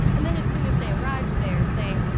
and then, as soon as they arrived, they're saying,